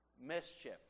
mischief